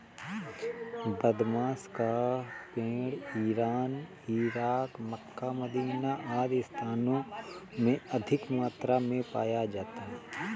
बादाम का पेड़ इरान, इराक, मक्का, मदीना आदि स्थानों में अधिक मात्रा में पाया जाता है